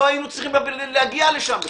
לא היינו צריכים להגיע לשם בכלל.